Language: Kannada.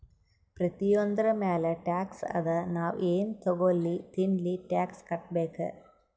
ಪ್ರತಿಯೊಂದ್ರ ಮ್ಯಾಲ ಟ್ಯಾಕ್ಸ್ ಅದಾ, ನಾವ್ ಎನ್ ತಗೊಲ್ಲಿ ತಿನ್ಲಿ ಟ್ಯಾಕ್ಸ್ ಕಟ್ಬೇಕೆ